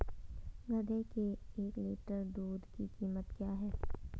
गधे के एक लीटर दूध की कीमत क्या है?